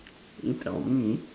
you tell me